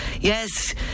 Yes